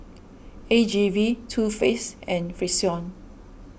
A G V Too Faced and Frixion